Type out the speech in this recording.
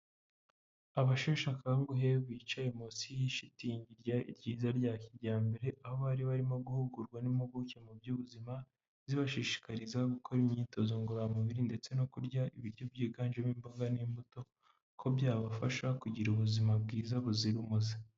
Abasheshe akanguhe bicaye munsi y'ishitingi ryiza rya kijyambere, aho bari barimo guhugurwa n'impuguke mu by'ubuzima, zibashishikariza gukora imyitozo ngororamubiri ndetse no kurya ibiryo byiganjemo imboga n'imbuto ko byabafasha kugira ubuzima bwiza buzira umuze.